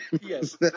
Yes